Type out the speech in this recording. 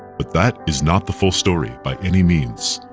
but that is not the full story by any means.